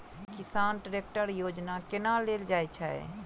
किसान ट्रैकटर योजना केना लेल जाय छै?